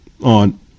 on